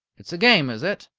it's a game, is it?